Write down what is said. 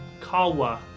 kawa